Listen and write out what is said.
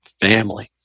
family